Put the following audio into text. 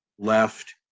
left